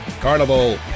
Carnival